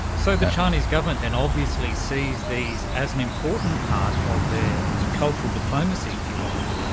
so the chinese government then obviously sees these as an important part of their cultural diplomacy, if you like.